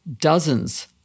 dozens